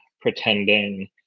pretending